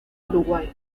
uruguay